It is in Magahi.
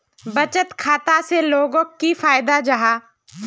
बचत खाता से लोगोक की फायदा जाहा?